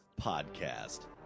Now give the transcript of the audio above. podcast